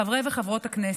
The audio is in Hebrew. חברי וחברות הכנסת,